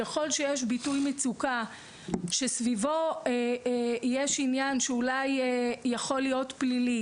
ככל שיש ביטוי מצוקה שסביבו יש עניין שאולי יכול להיות פלילי